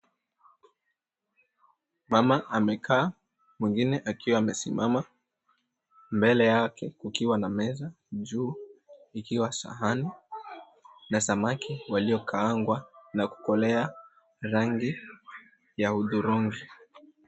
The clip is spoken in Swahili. Mama amekaa, mwingine akiwa amesimama, mbele yake kukiwa na meza, juu ikiwa sahani na samaki waliokaangwa na kukolea rangi ya hudhurungi.